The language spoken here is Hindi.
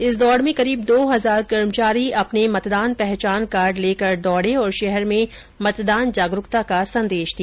इस दौड़ में करीब दो हजार कर्मचारी अपने मतदान पहचान कार्ड लेकर दौड़े और शहर में मतदान जागरूकता का संदेश दिया